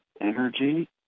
energy